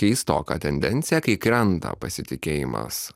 keistoka tendencija kai krenta pasitikėjimas